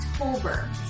October